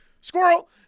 Squirrel